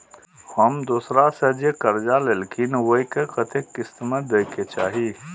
हम दोसरा से जे कर्जा लेलखिन वे के कतेक किस्त में दे के चाही?